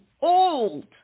old